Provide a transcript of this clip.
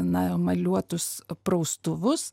na emaliuotus praustuvus